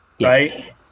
right